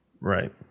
Right